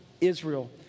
Israel